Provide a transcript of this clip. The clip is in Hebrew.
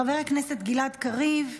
חבר הכנסת גלעד קריב,